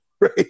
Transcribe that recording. right